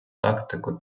тактику